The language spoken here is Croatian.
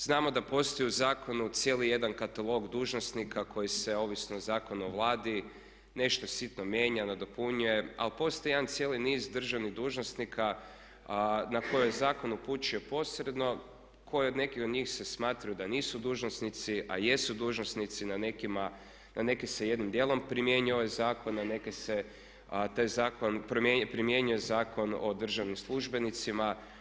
Znamo da postoji u zakonu cijeli jedan katalog dužnosnika koji se ovisno Zakona o Vladi nešto sitno mijenja, nadopunjuje ali postoji jedan cijeli niz državnih dužnosnika na koje zakon upućuje posredno koje neki od njih se smatraju da nisu dužnosnici, a jesu dužnosnici a na neke se jednim dijelom primjenjuje ovaj zakon, a taj zakon primjenjuje Zakon o državnim službenicima.